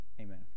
Amen